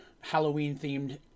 Halloween-themed